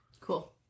Cool